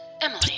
Emily